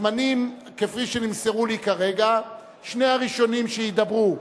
הזמנים כפי שנמסרו לי כרגע, שני הראשונים שידברו: